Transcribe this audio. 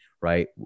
right